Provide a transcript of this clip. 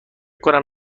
کنم